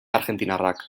argentinarrak